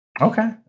Okay